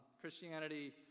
Christianity